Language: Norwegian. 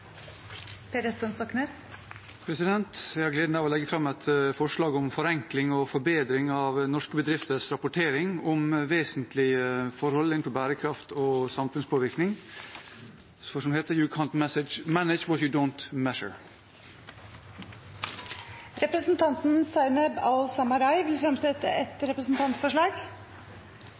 gleden av å legge fram et representantforslag om forbedring og forenkling av små og mellomstore bedrifters rapportering om vesentlig bærekraft- og samfunnspåvirkning. Som det heter: You can’t manage what you don’t measure. Representanten Zaineb Al-Samarai vil fremsette et representantforslag.